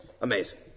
Amazing